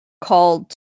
called